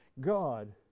God